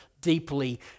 deeply